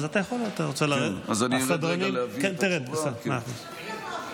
כן, תרד, מאה אחוז.